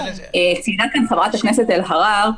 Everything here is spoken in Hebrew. ציינה כאן חברת הכנסת אלהרר,